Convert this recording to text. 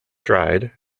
dried